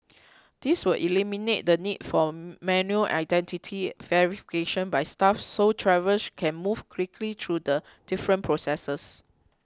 this will eliminate the need for manual identity verification by staff so travellers can move quickly through the different processes